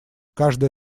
каждая